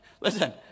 listen